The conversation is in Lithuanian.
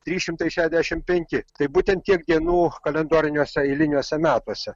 trys šimtai šešiasdešim penki tai būtent tiek dienų kalendoriniuose eiliniuose metuose